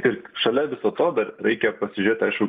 ir šalia viso to dar reikia pasižiūrėt aišku